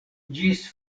ĝis